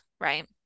Right